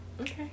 okay